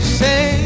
say